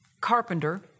carpenter